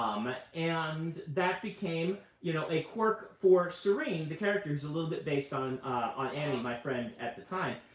um and that became you know a quirk for sarene, the character, who is a little bit based on on annie, my friend at the time,